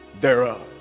thereof